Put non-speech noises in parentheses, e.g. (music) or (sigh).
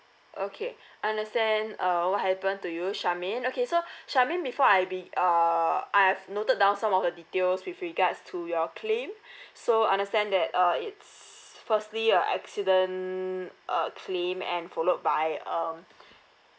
okay (breath) understand uh what happened to you charmaine okay so (breath) charmaine before I be~ uh I have noted down some of the details with regards to your claim (breath) so understand that uh it's firstly a accident uh claim and followed by um (breath)